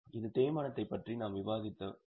இது தேய்மானத்தைப் பற்றி நாம் விவாதித்த ஒன்று